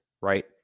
right